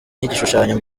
n’igishushanyo